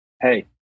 hey